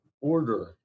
order